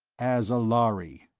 as a lhari.